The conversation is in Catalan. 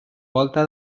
volta